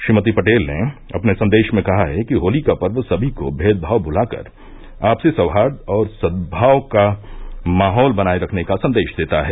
श्रीमती पटेल ने अपने सन्देश में कहा है कि होली का पर्व सभी को भेदभाव भुलाकर आपसी सौहार्द और सद्भाव का माहौल बनाए रखने का सन्देश देता है